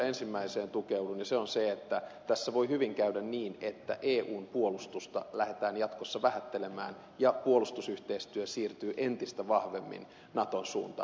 ensimmäiseen tukeudun ja se on se että tässä voi hyvin käydä niin että eun puolustusta lähdetään jatkossa vähättelemään ja puolustusyhteistyö siirtyy entistä vahvemmin naton suuntaan